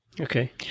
Okay